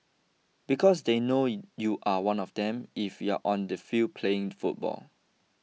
because they know you are one of them if you are on the field playing football